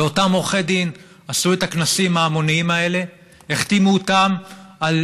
ואותם עורכי דין עשו את הכנסים ההמוניים האלה והחתימו אותם על